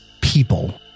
people